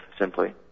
simply